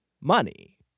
money